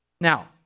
Now